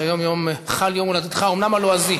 שההצבעה אצלו לא עובדת,